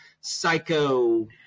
psycho